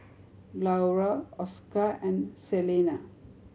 Larue Oscar and Celena